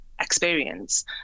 experience